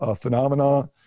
phenomena